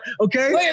okay